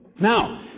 Now